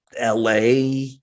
LA